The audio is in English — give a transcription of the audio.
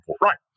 right